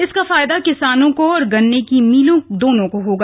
इसका फायदा किसानों को और गन्ने की मीलों दोनों को होगा